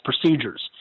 procedures